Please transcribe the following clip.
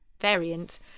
variant